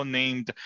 named